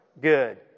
good